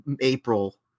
April